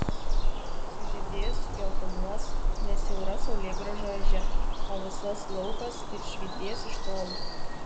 sužydės sugeltonuos ne siaura saulėgrąžų ežia o visas laukas ir švytės iš tolo